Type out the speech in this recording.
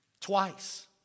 Twice